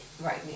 right